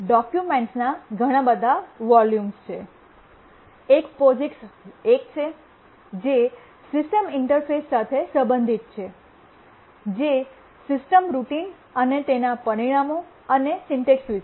ડોક્યુમેન્ટ્સના ઘણા બધા વૉલ્યૂમ્ છે એક પોસિક્સ 1 છે જે સિસ્ટમ ઇન્ટરફેસ સાથે સંબંધિત છે જે સિસ્ટમ રૂટિન અને તેના પરિમાણો અને સિમેન્ટિક્સ વિશે છે